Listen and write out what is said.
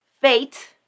fate